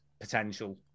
potential